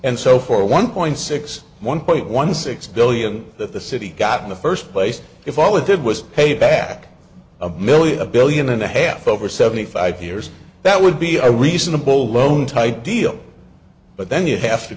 and so for one point six one point one six billion that the city got in the first place if all it did was pay back a million a billion and a half over seventy five years that would be a reasonable loan type deal but then you have to